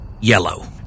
yellow